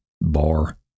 bar